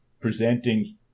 presenting